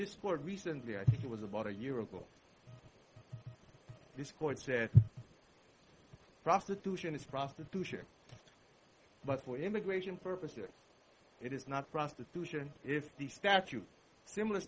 this court recently i think it was about a year ago this court said prostitution is prostitution but for immigration purposes it is not prostitution if the statute similar